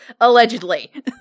allegedly